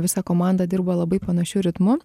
visa komanda dirba labai panašiu ritmu